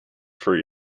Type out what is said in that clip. for